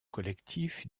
collectif